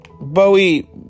Bowie